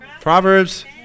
Proverbs